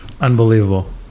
Unbelievable